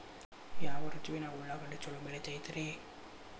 ಯಾವ ಋತುವಿನಾಗ ಉಳ್ಳಾಗಡ್ಡಿ ಛಲೋ ಬೆಳಿತೇತಿ ರೇ?